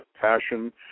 passion